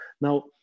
Now